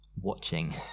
watching